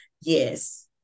Yes